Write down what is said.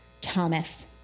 Thomas